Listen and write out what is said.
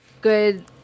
good